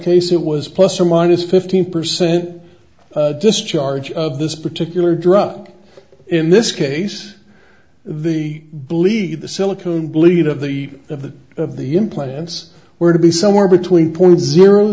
case it was plus or minus fifteen percent discharge of this particular drug in this case the believe the silicone bleed of the of the of the implants were to be somewhere between point